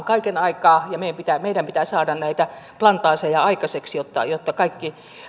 kaiken aikaa ja meidän pitää meidän pitää saada näitä plantaaseja aikaiseksi jotta kaikki